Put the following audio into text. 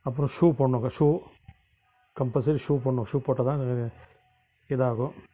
அப்புறம் ஷூ போடணும் cut shoe compulsory shoe போடணும் ஷூ போட்டால்தான் அங்கே இதாகும்